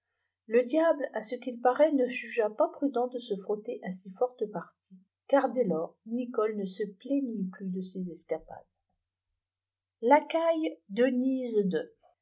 le diable à ce qu'il plaraît he jugea pas prudent de se frotter à si forte partie car dès iorsn coleneso plaignit plus de ses escapades haqmtle denyse de